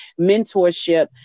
mentorship